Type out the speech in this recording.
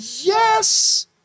yes